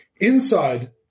inside